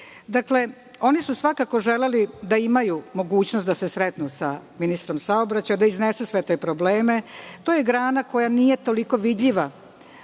praksi. Dakle, oni su svakako želeli da imaju mogućnost da se sretnu sa ministrom saobraćaja, da iznesu sve te probleme. To je grana koja nije toliko vidljiva